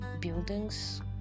buildings